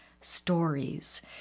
stories